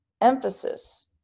emphasis